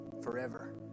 Forever